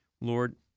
Lord